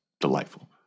delightful